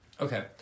Okay